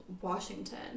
Washington